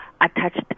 attached